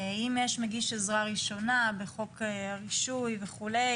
אם יש מגיש עזרה ראשונה בחוק הרישוי וכו'